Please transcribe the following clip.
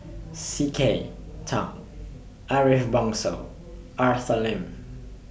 C K Tang Ariff Bongso Arthur Lim